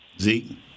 Zeke